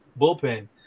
bullpen